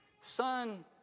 Son